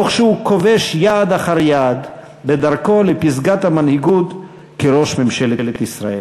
תוך שהוא כובש יעד אחר יעד בדרכו לפסגת המנהיגות כראש ממשלת ישראל.